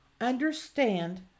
understand